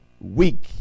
week